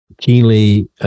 keenly